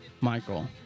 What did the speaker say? michael